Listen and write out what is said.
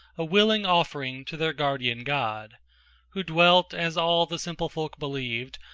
a willing offering to their guardian god who dwelt, as all the simple folk believed,